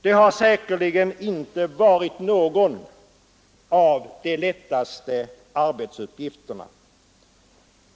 Det har säkerligen inte varit någon av de lättaste arbetsuppgifterna.